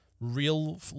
real